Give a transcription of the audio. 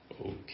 Okay